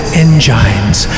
engines